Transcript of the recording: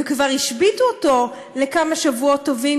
וכבר השביתו אותו לכמה שבועות טובים